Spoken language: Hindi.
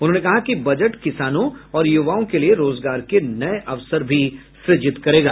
उन्होंने कहा कि बजट किसानों और युवाओं के लिए रोजगार के नये अवसर भी सुजित करेगा